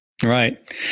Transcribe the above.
Right